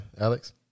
Alex